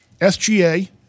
SGA